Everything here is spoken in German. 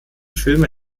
filme